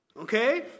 Okay